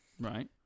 Right